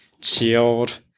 chilled